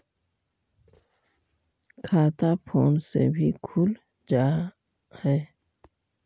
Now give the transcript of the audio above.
खाता फोन से भी खुल जाहै?